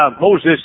Moses